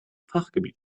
fachgebiet